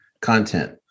content